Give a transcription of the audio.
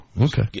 Okay